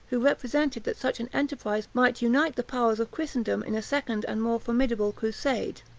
who represented that such an enterprise might unite the powers of christendom in a second and more formidable crusade.